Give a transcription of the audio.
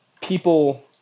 people